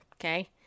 okay